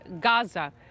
Gaza